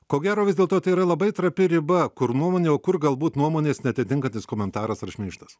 ko gero vis dėlto tai yra labai trapi riba kur nuomonė o kur galbūt nuomonės neatitinkantis komentaras ar šmeižtas